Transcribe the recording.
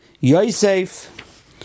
Yosef